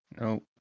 Nope